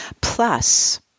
Plus